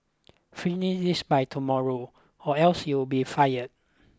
finish this by tomorrow or else you'll be fired